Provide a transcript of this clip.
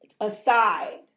Aside